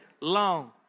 long